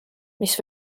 mis